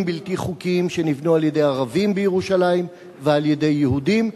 בלתי חוקיים שנבנו על-ידי ערבים בירושלים ועל-ידי יהודים,